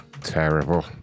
Terrible